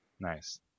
Nice